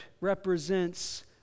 represents